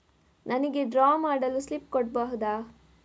ನನಿಗೆ ಡ್ರಾ ಮಾಡಲು ಸ್ಲಿಪ್ ಕೊಡ್ಬಹುದಾ?